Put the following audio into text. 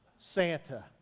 Santa